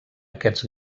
aquests